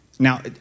Now